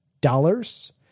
dollars